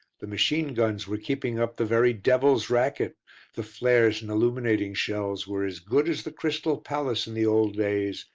the machine-guns were keeping up the very devil's racket the flares and illuminating shells were as good as the crystal palace in the old days,